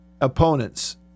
opponents